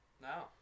No